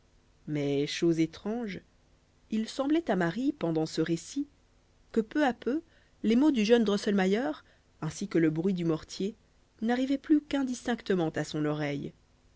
mais chose étrange il semblait à marie pendant ce récit que peu à peu les mots du jeune drosselmayer ainsi que le bruit du mortier n'arrivaient plus qu'indistinctement à son oreille